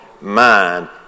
mind